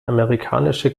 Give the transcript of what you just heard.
amerikanische